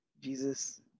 jesus